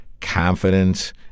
confidence